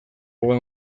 gogoa